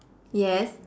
yes